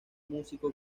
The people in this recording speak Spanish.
músico